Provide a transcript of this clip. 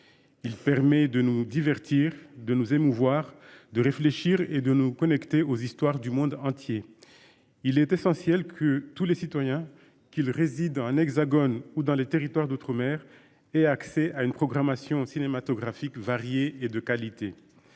Il permet de nous divertir de nous émouvoir de réfléchir et de nous connecter aux histoires du monde entier. Il est essentiel que tous les citoyens qu'il réside dans un Hexagone ou dans les territoires d'outre-mer et accès à une programmation cinématographique variée et de qualité.